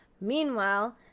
Meanwhile